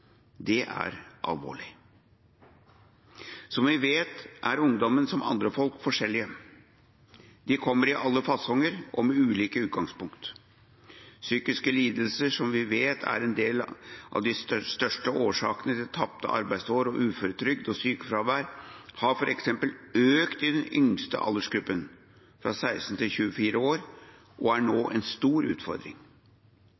Det er alvorlig. Som vi vet, er ungdommene – som andre folk – forskjellige. De kommer i alle fasonger og med ulike utgangspunkt. Tilfellene av psykiske lidelser, som vi vet er en av de største årsakene til tapte arbeidsår, uføretrygd og sykefravær, har f.eks. økt i den yngste aldersgruppen, 16–24 år, og er nå